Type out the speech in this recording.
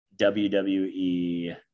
WWE